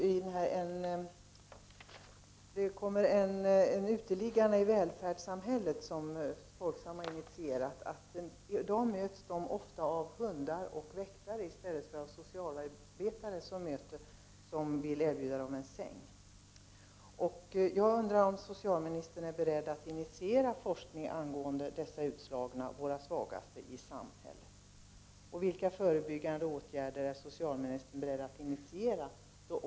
Enligt ”Uteliggarna i välfärdssamhället”, som Folksam har initierat, möts dessa människor ofta av hundar och väktare i stället för av socialarbetare som vill erbjuda dem en säng. Jag undrar om socialministern är beredd att initiera forskning angående dessa utslagna, våra svagaste i samhället. Och vilka förebyggande åtgärder är socialministern beredd att initiera?